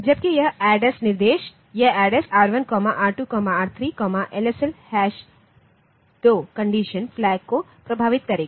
जबकि यह ADDS निर्देश यह ADDS R1 R2 R3 LSL hash 2 condition flag को प्रभावित करेगा